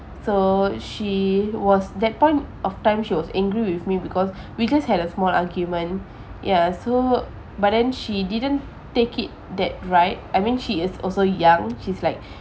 so she was that point of time she was angry with me because we just had a small argument ya so but then she didn't take it that right I mean she is also young she's like